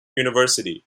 university